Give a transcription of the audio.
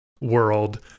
world